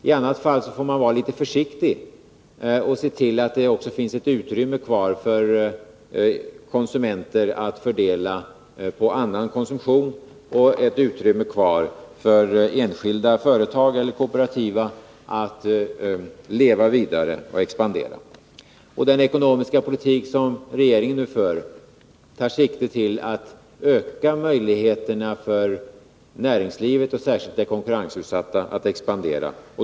I annat fall får man vara litet försiktig och se till att det också finns ett utrymme kvar för fördelning på annan konsumtion, liksom också utrymme för enskilda eller kooperativa företag att leva vidare och expandera. Den ekonomiska politik som regeringen nu för siktar på att öka möjligheterna för näringslivet, särskilt det konkurrensutsatta näringslivet, att expandera.